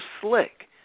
slick